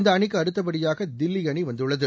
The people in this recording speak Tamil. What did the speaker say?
இந்த அணிக்கு அடுத்தபடியாக தில்லி அணி வந்துள்ளது